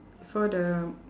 for the